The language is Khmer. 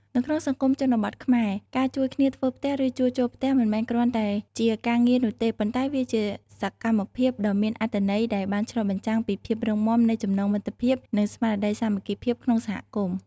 នៅក្នុងសង្គមជនបទខ្មែរ ការជួយគ្នាធ្វើផ្ទះឬជួសជុលផ្ទះមិនមែនគ្រាន់តែជាការងារនោះទេ ប៉ុន្តែវាជាសកម្មភាពដ៏មានអត្ថន័យដែលបានឆ្លុះបញ្ចាំងពីភាពរឹងមាំនៃចំណងមិត្តភាពនិងស្មារតីសាមគ្គីភាពក្នុងសហគមន៍។